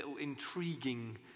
intriguing